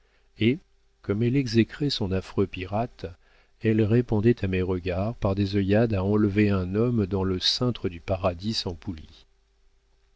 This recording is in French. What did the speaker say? et comme elle exécrait son affreux pirate elle répondait à mes regards par des œillades à enlever un homme dans le cintre du paradis sans